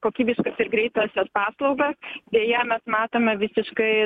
kokybiškas ir greitas e paslaugas deja mes matome visiškai